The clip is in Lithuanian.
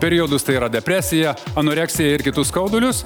periodus tai yra depresiją anoreksiją ir kitus skaudulius